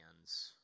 hands